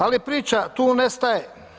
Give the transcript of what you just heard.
Ali priča tu ne staje.